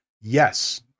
Yes